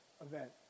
event